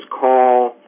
call